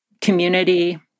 Community